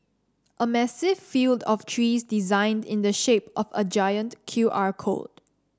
a massive field of trees designed in the shape of a giant Q R code